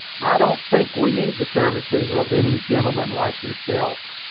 i don't think we need the services of any gentleman like yourself.